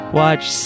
watch